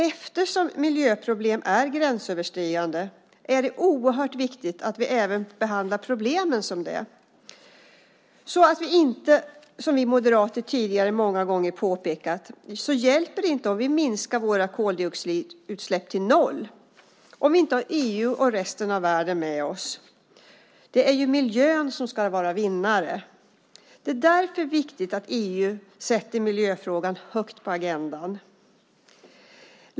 Eftersom miljöfrågorna är gränsöverskridande är det oerhört viktigt att vi även behandlar problemen som sådana. Som vi moderater många gånger påpekat hjälper det inte om vi minskar våra koldioxidutsläpp till noll om vi inte har EU och resten av världen med oss. Det är ju miljön som ska vara vinnare. Därför är det viktigt att EU sätter miljöfrågan högt på agendan.